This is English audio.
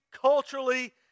culturally